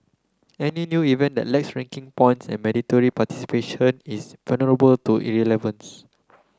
any new event that lacks ranking points and mandatory participation is vulnerable to irrelevance